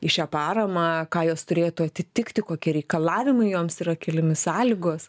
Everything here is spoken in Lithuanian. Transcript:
į šią paramą ką jos turėtų atitikti kokie reikalavimai joms yra keliami sąlygos